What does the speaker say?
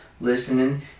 listening